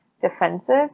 defensive